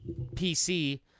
PC